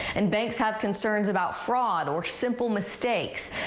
and banks have concerns about fraud or simple mistakes.